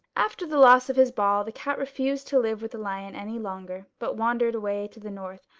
after the loss of his ball the cat refused to live with the lion any longer, but wandered away to the north,